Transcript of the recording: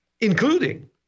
including